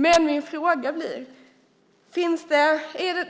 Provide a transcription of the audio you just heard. Men min fråga blir: